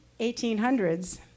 1800s